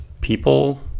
people